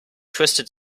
twisted